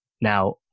Now